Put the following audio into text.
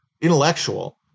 intellectual